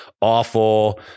awful